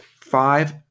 five